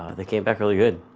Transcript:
they came back really good.